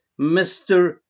Mr